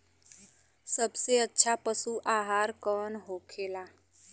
सबसे अच्छा पशु आहार कौन होखेला?